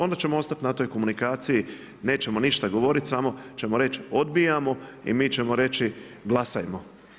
Onda ćemo ostati na toj komunikaciji, nećemo ništa govoriti, samo ćemo reći, odbijamo i mi ćemo reći glasajmo.